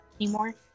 anymore